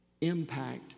impact